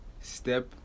step